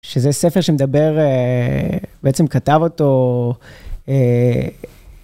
שזה ספר שמדבר, בעצם כתב אותו...